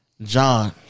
John